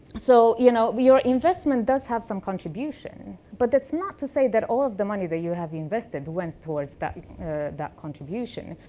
so, you know, your investment does have some contribution, but it's not to say that all of the money that you have invested went towards that that contribution.